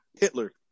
Hitler